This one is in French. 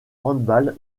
handball